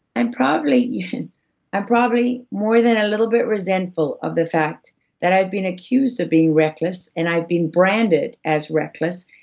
i'm probably yeah i'm probably more than a little bit resentful of the fact that i've been accused of being reckless, and i've branded as reckless,